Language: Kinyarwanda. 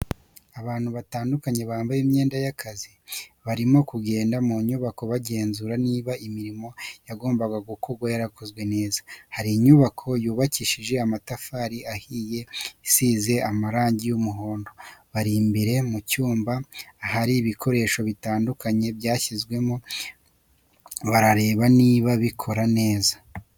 Abantu batandukanye bambaye imyenda y'akazi barimo kugenda mu nyubako bagenzura niba imirimo yagombaga gukorwa yarakozwe neza, hari inyubako yubakishije amatafari ahiye isize amarangi y'umuhondo, bari imbere mu cyumba ahari ibikoresho bitandukanye byashyizwemo barareba niba bikora neza.